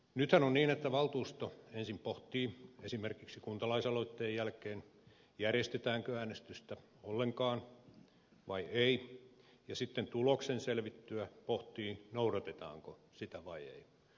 nythän on niin että valtuusto ensin pohtii esimerkiksi kuntalaisaloitteen jälkeen järjestetäänkö äänestystä vai ei ja sitten tuloksen selvittyä pohtii noudatetaanko tulosta vai ei